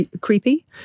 creepy